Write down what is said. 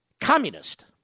communist